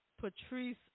Patrice